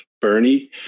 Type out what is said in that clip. bernie